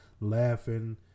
laughing